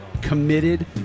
committed